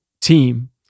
team